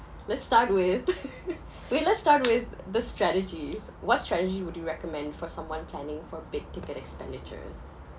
let's start with well let's start with the strategies what strategy would you recommend for someone planning for big ticket expenditures